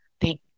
thank